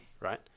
Right